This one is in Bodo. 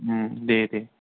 दे दे